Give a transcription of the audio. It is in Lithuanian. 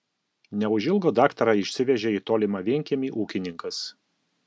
neužilgo daktarą išsivežė į tolimą vienkiemį ūkininkas